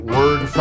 Word